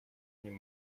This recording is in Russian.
ним